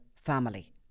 family